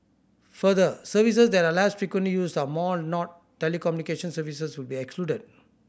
further services that are less frequently used are more not telecommunication services will be excluded